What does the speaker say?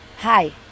Hi